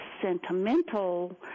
sentimental